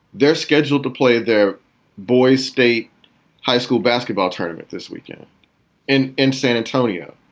they're scheduled to play their boys state high school basketball tournament this weekend and in san antonio,